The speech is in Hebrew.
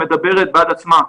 היא מדברת בעד עצמה,